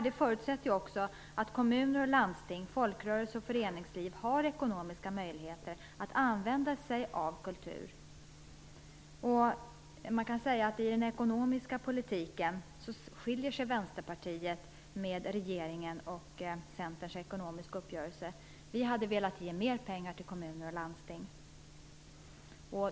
Det förutsätter att kommuner och landsting, folkrörelser och föreningsliv har ekonomiska möjligheter att använda sig av kultur. I den ekonomiska politiken skiljer sig Vänsterpartiet från regeringens och centerns ekonomiska uppgörelse. Vi hade velat ge mer pengar till kommuner och landsting.